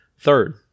Third